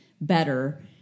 better